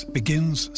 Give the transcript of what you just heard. begins